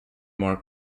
more